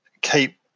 keep